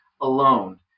alone